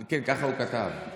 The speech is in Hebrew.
כן, ככה הוא כתב.